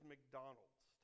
McDonald's